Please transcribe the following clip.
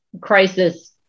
crisis